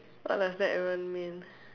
what does that even mean